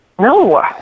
No